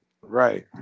Right